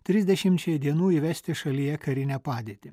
trisdešimčiai dienų įvesti šalyje karinę padėtį